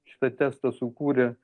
šitą testą sukūrė